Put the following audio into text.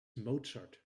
mozart